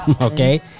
Okay